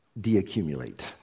de-accumulate